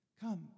come